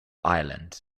ireland